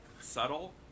subtle